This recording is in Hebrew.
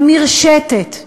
המרשתת.